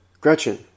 Gretchen